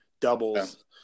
doubles